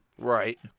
Right